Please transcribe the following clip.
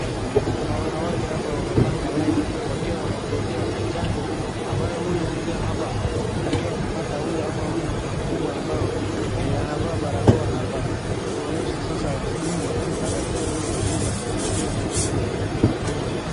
Kuna wanawake hapa wamepanga laini wakiwa wanaongojea chanjo ambayo huyu mzee hapa akiwa anapata ama huyu mama mkubwa ambao anavaa barakoa hapa akituonyesha sasa akidungwa na daktari huyo mwingine akiwa na vile ya kudunga.